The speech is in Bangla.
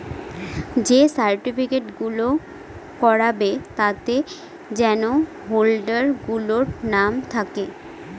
যে সার্টিফিকেট গুলো করাবে তাতে যেন হোল্ডার গুলোর নাম থাকে